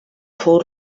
fou